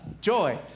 joy